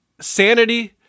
sanity